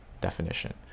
definition